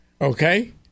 Okay